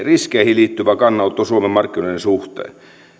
riskeihin liittyvä kannanotto suomen markkinoiden suhteen